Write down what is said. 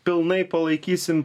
pilnai palaikysim